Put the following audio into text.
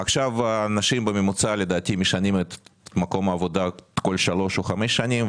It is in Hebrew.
עכשיו אנשים משנים את מקום העבודה בממוצע כל שלוש או חמש שנים,